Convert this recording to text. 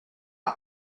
are